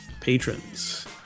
patrons